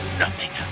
nothing.